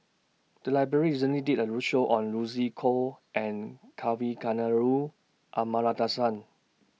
The Library recently did A roadshow on Lucy Koh and Kavignareru Amallathasan